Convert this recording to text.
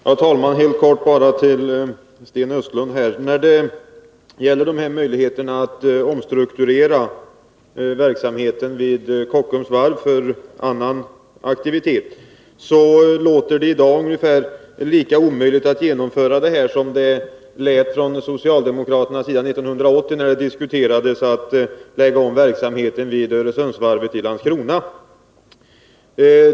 Herr talman! Jag vill helt kort till Sten Östlund säga följande: Att omstrukturera verksamheten vid Kockums varv för annan aktivitet låter i dag nästan lika omöjligt som det lät från socialdemokraternas sida 1980 när vi diskuterade en omläggning av verksamheten vid Öresundsvarvet i Landskrona.